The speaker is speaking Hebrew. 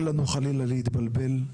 אל לנו חלילה להתבלבל,